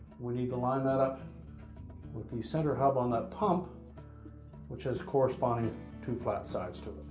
we need to line that up with the center hub on that pump which has corresponding two flat sides to